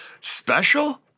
Special